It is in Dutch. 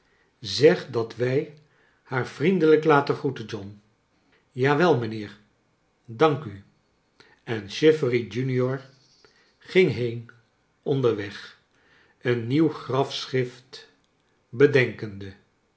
zeg dat wij haar vriendelijk laten groeten john jawel mijnheer dank u en chivery junior ging heen onderweg een nieuw grafschrift bedenkende